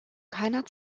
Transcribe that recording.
keiner